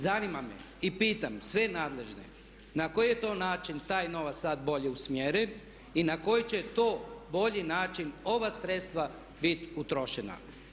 Zanima me i pitam sve nadležne na koji je to način taj novac sad bolje usmjeren i na koji će to bolji način ova sredstva bit utrošena.